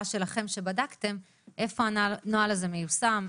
שלכם שבדקתם ותגידי לי איפה הנוהל הזה מיושם,